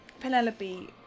Penelope